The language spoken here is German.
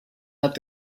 hat